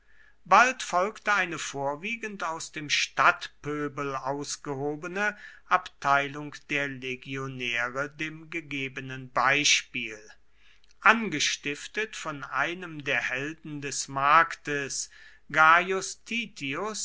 bald folgte eine vorwiegend aus dem stadtpöbel ausgehobene abteilung der legionäre dem gegebenen beispiel angestiftet von einem der helden des marktes gaius